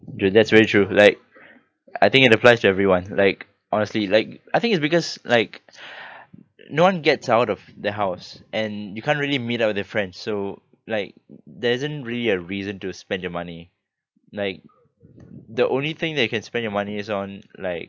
dude that's very true like I think it applies to everyone like honestly like I think it's because like no one gets out of the house and you can't really meet up with your friends so like there isn't really a reason to spend your money like the only thing that you can spend your money is on like